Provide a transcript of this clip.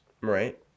Right